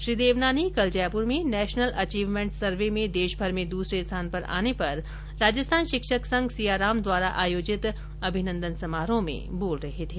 श्री देवनानी कल जयपुर में national achievement survey में देशभर में दूसरे स्थान पर आने पर राजस्थान शिक्षक संघ सियाराम द्वारा आयोजित अभिनन्दन समारोह में बोल रहे थे